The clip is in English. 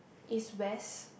East West